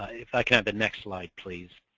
if i can have the next slide please.